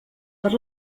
per